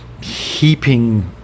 heaping